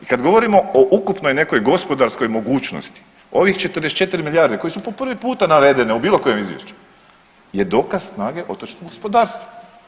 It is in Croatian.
I kad govorimo o ukupnoj nekoj gospodarskoj mogućnosti ovih 44 milijarde koje su po prvi puta navedene u bilo kojem izvješću je dokaz snage otočnog gospodarstva.